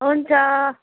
हुन्छ